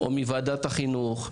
או מוועדת החינוך,